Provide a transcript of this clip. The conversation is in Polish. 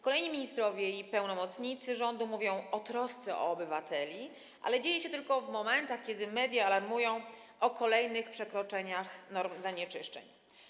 Kolejni ministrowie i pełnomocnicy rządu mówią o trosce o obywateli, ale dzieje się tak tylko w momentach, kiedy media alarmują o kolejnych przekroczeniach norm zanieczyszczeń.